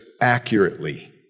accurately